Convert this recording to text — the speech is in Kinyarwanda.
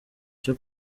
cyo